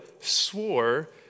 swore